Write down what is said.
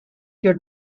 your